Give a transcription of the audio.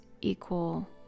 equal